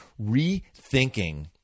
rethinking